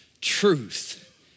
Truth